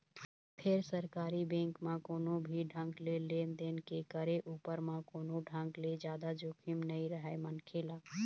फेर सरकारी बेंक म कोनो भी ढंग ले लेन देन के करे उपर म कोनो ढंग ले जादा जोखिम नइ रहय मनखे ल